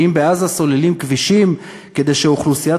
האם בעזה סוללים כבישים כדי שהאוכלוסייה